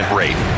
rate